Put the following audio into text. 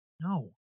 No